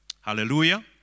Hallelujah